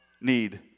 need